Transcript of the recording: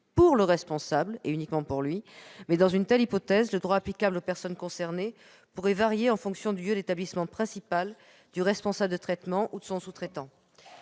pour le responsable, et uniquement pour lui -, mais, dans une telle hypothèse, le droit applicable aux personnes concernées pourrait varier en fonction du lieu d'établissement principal du responsable de traitement ou de son sous-traitant.